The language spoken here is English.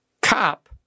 cop